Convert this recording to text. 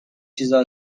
چیزا